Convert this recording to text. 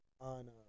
on